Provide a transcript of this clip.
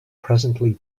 presently